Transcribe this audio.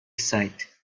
site